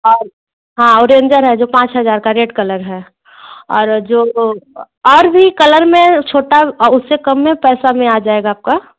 हाँ हाँ वो रेंजर है जो पाँच हज़ार का रेड कलर है और जो वो और भी कलर में छोटा और उससे कम में पैसा में आ जाएगा आपका